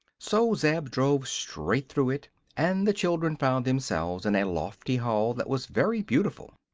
so zeb drove straight through it and the children found themselves in a lofty hall that was very beautiful.